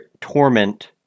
torment